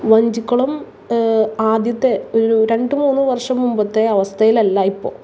വഞ്ചിക്കുളം ആദ്യത്തെ ഒരു രണ്ടു മൂന്നു വര്ഷം മുമ്പത്തെ അവസ്ഥയിലല്ല ഇപ്പോൾ